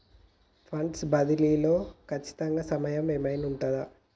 Funds బదిలీ లో ఖచ్చిత సమయం ఏమైనా ఉంటుందా?